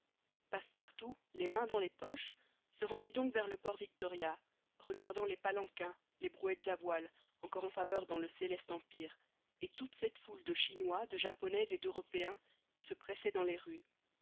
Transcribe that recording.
passepartout les mains dans les poches se rendit donc vers le port victoria regardant les palanquins les brouettes à voile encore en faveur dans le céleste empire et toute cette foule de chinois de japonais et d'européens qui se pressait dans les rues